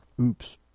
oops